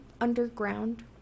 underground